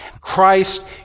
Christ